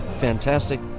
fantastic